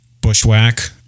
bushwhack